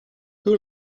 who